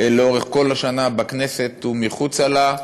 לאורך כל השנה, בכנסת ומחוצה לה.